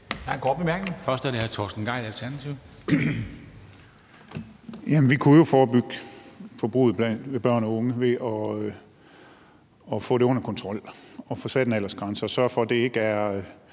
Vi kunne jo forebygge forbruget blandt børn og unge ved at få det under kontrol, få sat en aldersgrænse og sørge for, at det ikke er